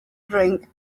drink